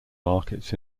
markets